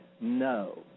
No